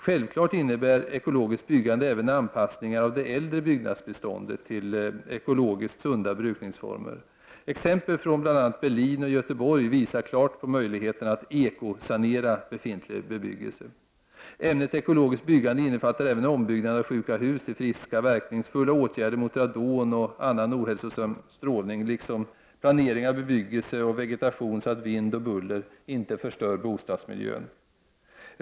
Självfallet innebär ekologiskt byggande även anpassningar av det äldre byggnadsbeståndet till ekologiskt sunda brukningsformer. Exempel från bl.a. Berlin och Göteborg visar klart på möjligheterna att ”ekosanera” befintlig bebyggelse. Ämnet ekologiskt byggande innefattar även ombyggnad av sjuka hus till friska, verkningsfulla åtgärder mot radon och annan ohälsosam strålning, liksom planering av bebyggelse och vegetation, så att vind och buller inte förstör bostadsmiljön.